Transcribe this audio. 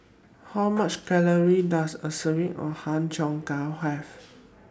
How Many Calories Does A Serving of Har Cheong Gai Have